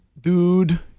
Dude